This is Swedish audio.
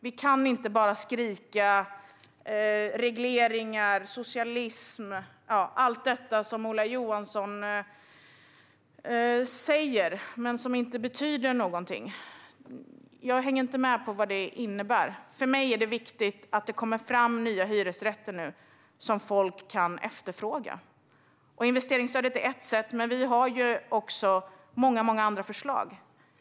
Vi kan inte bara skrika om regleringar, socialism och allt det som Ola Johansson säger men som inte betyder något. Jag hänger inte med på vad det innebär. För mig är det viktigt att det kommer fram nya hyresrätter nu som folk kan efterfråga. Investeringsstödet är ett sätt, men vi har många andra förslag.